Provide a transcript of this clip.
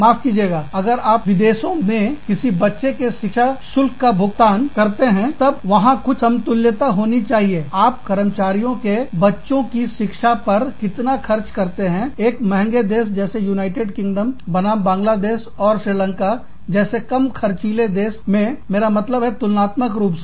माफ कीजिएगा अगर आप विदेशों में किसी के बच्चे के शिक्षा शुल्क का भुगतान क्षति पूर्ति करते हैं तब वहां कुछ समतुल्यता होनी चाहिए आप कर्मचारियों के बच्चों की शिक्षा पर है कितना खर्च करते हैं एक महंगे देश जैसे यूनाइटेड किंगडम बनाम बांग्लादेश और श्रीलंका जैसे कम खर्चीले देश में मेरा मतलब है तुलनात्मक रूप से